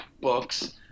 books